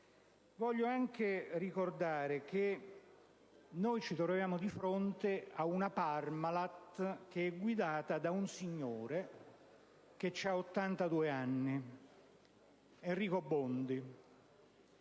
Voglio anche ricordare che noi ci troviamo di fronte a una Parmalat guidata da un signore di 82 anni, Enrico Bondi,